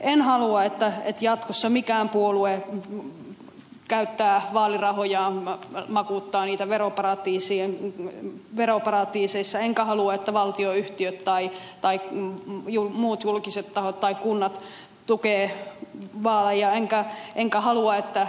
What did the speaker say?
en halua että jatkossa mikään puolue käyttää vaalirahojaan makuuttaa niitä veroparatiiseissa enkä halua että valtionyhtiöt tai muut julkiset tahot tai kunnat tukevat vaaleja enkä halua että